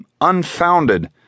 Unfounded